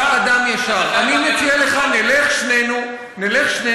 אתה אדם ישר אני מציע לך: נלך שנינו יחד.